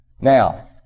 Now